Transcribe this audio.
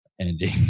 ending